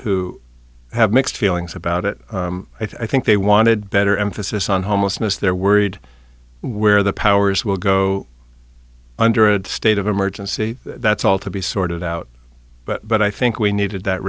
who have mixed feelings about it i think they wanted better emphasis on homelessness they're worried where the powers will go under a state of emergency that's all to be sorted out but i think we needed that